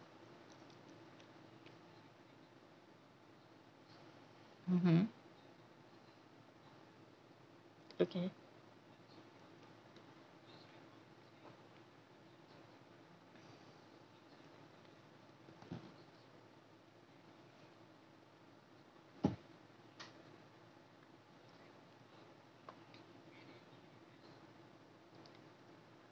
mmhmm okay